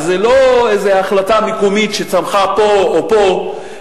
זה לא איזה החלטה מקומית שצמחה פה או פה,